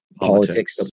politics